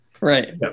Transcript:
Right